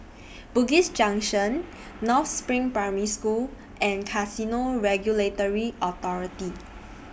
Bugis Junction North SPRING Primary School and Casino Regulatory Authority